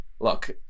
look